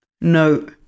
no